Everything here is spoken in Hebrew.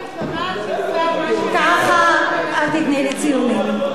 למה התלוננת, ככה, אל תיתני לי ציונים.